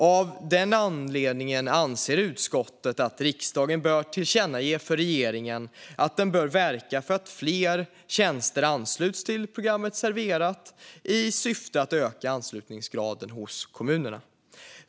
Av den anledningen anser utskottet att riksdagen bör tillkännage för regeringen att den bör verka för att man ansluter fler tjänster till programmet Serverat i syfte att öka anslutningsgraden hos kommunerna.